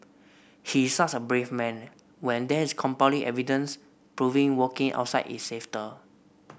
he is such a brave man when there is compelling evidence proving walking outside is safer